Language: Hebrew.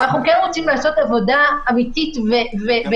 אנחנו כן רוצים לעשות עבודה אמיתית ויסודית